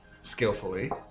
skillfully